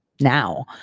now